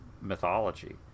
mythology